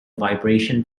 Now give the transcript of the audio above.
vibration